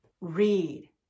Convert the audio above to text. Read